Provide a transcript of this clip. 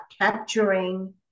capturing